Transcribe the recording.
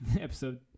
episode